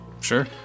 Sure